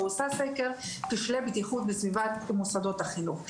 ועושה סקר על כשלי בטיחות בסביבת מוסדות החינוך.